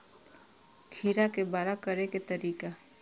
खीरा के बड़ा करे के तरीका?